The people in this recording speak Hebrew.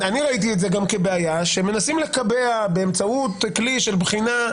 בכך שמנסים לקבע משהו באמצעות כלי של בחינה.